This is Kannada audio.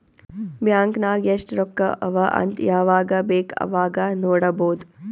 ಬ್ಯಾಂಕ್ ನಾಗ್ ಎಸ್ಟ್ ರೊಕ್ಕಾ ಅವಾ ಅಂತ್ ಯವಾಗ ಬೇಕ್ ಅವಾಗ ನೋಡಬೋದ್